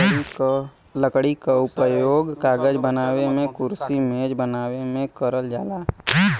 लकड़ी क उपयोग कागज बनावे मेंकुरसी मेज बनावे में करल जाला